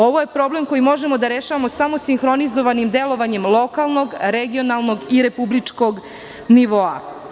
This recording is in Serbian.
Ovo je čovek koji možemo da rešavamo samo sinhronizovanim delovanjem lokalnog, regionalnog i republičkog nivoa.